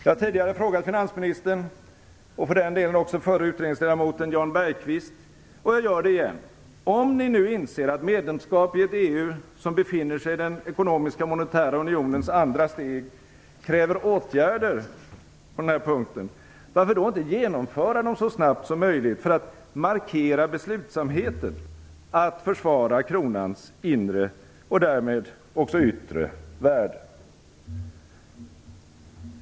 Jag har tidigare frågat finansministern - och för den delen också förre utredningsledamoten Jan Bergqvist - och jag gör det igen: Om ni nu inser att medlemskap i ett EU som befinner sig i den ekonomiska och monetära unionens andra steg kräver åtgärder på denna punkt, varför då inte genomföra dem så snabbt som möjligt för att markera beslutsamheten att försvara kronans inre och därmed också yttre värde?